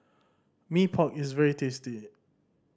Mee Pok is very tasty